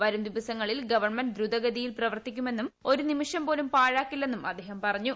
വരുംദിവസങ്ങളിൽ ഗവൺമെന്റ് ദ്രുതഗതിയിൽ പ്രവർത്തിക്കുമെന്നും ഒരു നിമിഷം പോലും പാഴാക്കില്ലെന്നും അദ്ദേഹം പറഞ്ഞു